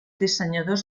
dissenyadors